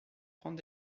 prendre